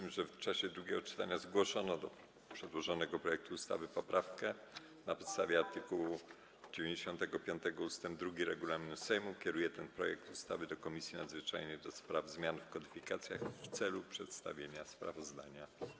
W związku z tym, że w czasie drugiego czytania zgłoszono do przedłożonego projektu ustawy poprawki, na podstawie art. 95 ust. 2 regulaminu Sejmu kieruję ten projekt ustawy do Komisji Nadzwyczajnej do spraw zmian w kodyfikacjach w celu przedstawienia sprawozdania.